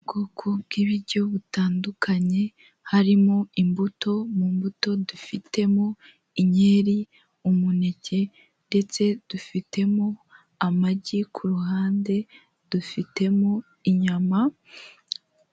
Ubwoko bw'ibiryo butandukanye: harimo imbuto, mu mbuto dufitemo inkeri, umuneke ndetse dufitemo amagi, ku ruhande dufitemo inyama.